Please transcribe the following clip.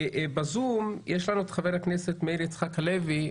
בזום יש לנו את חבר הכנסת מאיר יצחק הלוי,